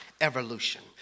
evolution